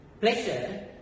pleasure